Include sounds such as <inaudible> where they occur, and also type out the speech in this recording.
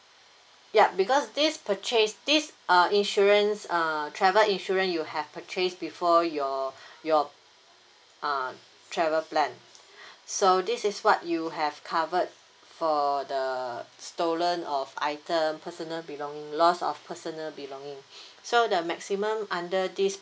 ya because this purchase this uh insurance err travel insurance you have purchase before your <breath> your uh travel plan <breath> so this is what you have covered for the stolen of item personal belonging loss of personal belonging <breath> so the maximum under this